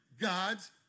God's